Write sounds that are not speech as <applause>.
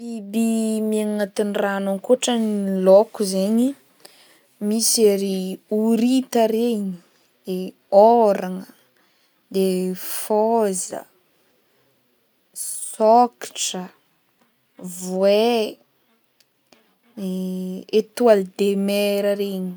Biby miaigny agnatin'ny rano akao, akoatran'ny lôko zegny misy e ry horita regny, i ôrana, de fôza, sokatra, voay, i <hesitation> etoile de mer regny.